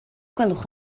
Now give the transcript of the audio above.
gwelwch